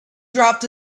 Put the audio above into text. dropped